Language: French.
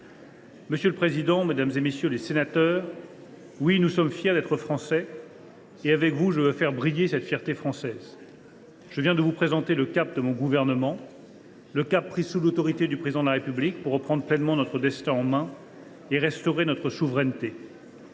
Madame la présidente, mesdames, messieurs les députés, oui, nous sommes fiers d’être Français et, avec vous, je veux faire briller cette fierté française. « Je viens de vous présenter le cap de mon gouvernement, que nous avons pris sous l’autorité du Président de la République, pour reprendre pleinement notre destin en main et restaurer notre souveraineté.